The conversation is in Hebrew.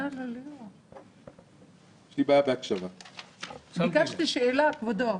אני מבקשת לשאול.